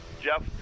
Jeff